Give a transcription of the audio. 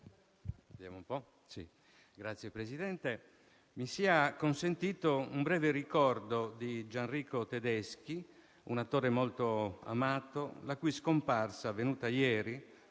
Signor Presidente, mi sia consentito un breve ricordo di Gianrico Tedeschi, un attore molto amato, la cui scomparsa, avvenuta ieri